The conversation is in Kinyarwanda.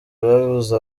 ababuze